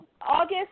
August